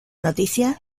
noticia